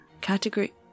Category